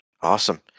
awesome